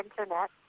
internet